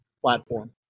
platform